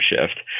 shift